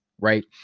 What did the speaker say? right